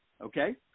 okay